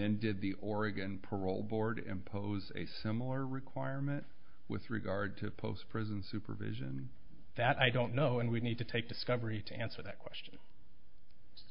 then did the oregon parole board impose a similar requirement with regard to the post prison supervision that i don't know and we need to take discovery to answer that question